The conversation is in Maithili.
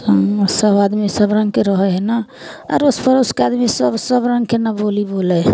सब आदमी सबरङ्गके रहै हइ ने अड़ोस पड़ोसके आदमीसभ सबरङ्गके ने बोली बोलै हइ